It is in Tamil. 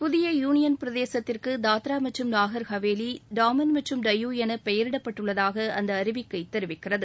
புதிய யூனியன் பிரதேசத்திற்கு தத்ரா மற்றும் நாகர்ஹவவேலி டாமன் மற்றும் டையூ என பெயரிடப்பட்டுள்ளதாக அந்த அறிவிக்கை தெரிவிக்கிறது